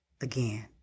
again